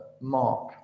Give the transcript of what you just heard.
mark